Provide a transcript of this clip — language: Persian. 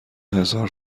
هزار